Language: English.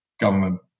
government